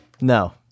No